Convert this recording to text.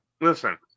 Listen